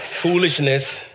Foolishness